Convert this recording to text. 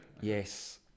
yes